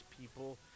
people